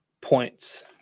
points